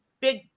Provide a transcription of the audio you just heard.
big